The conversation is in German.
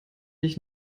ich